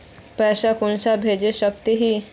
पैसा कुंसम भेज सकोही?